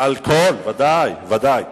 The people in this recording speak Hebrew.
על כל ודאי, ודאי.